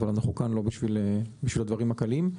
אבל אנחנו כאן לא בשביל הדברים הקלים.